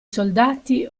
soldati